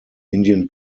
indian